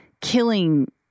killing